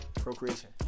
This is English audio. procreation